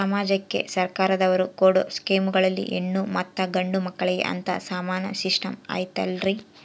ಸಮಾಜಕ್ಕೆ ಸರ್ಕಾರದವರು ಕೊಡೊ ಸ್ಕೇಮುಗಳಲ್ಲಿ ಹೆಣ್ಣು ಮತ್ತಾ ಗಂಡು ಮಕ್ಕಳಿಗೆ ಅಂತಾ ಸಮಾನ ಸಿಸ್ಟಮ್ ಐತಲ್ರಿ?